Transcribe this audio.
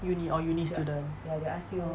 uni orh uni student